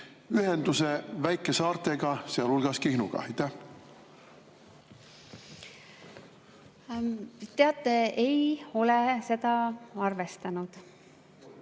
ühenduse väikesaartega, sealhulgas Kihnuga? Teate, ei ole seda arvestanud.